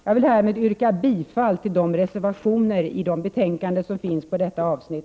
Jag yrkar bifall till de reservationer som har moderata namn i de betänkanden som finns på detta avsnitt.